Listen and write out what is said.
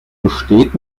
besteht